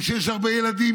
וכשיש הרבה ילדים,